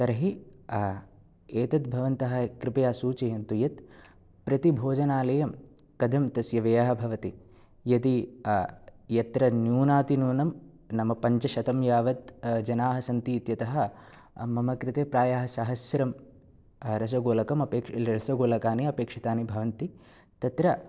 तर्हि एतद् भवन्तः कृपया सूचयन्तु यत् प्रतिभोजनालयं कथं तस्य व्ययः भवति यदि यत्र न्यूनातिन्यूनं नाम पञ्चशतं यावत् जनाः सन्ति इत्यतः मम कृते प्रायः सहस्रं रसगोलकं रसगोलकानि अपेक्षितानि भवन्ति तत्र